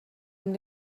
amb